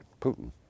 Putin